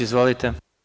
Izvolite.